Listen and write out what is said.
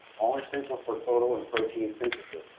all essential for photo and protein synthesis.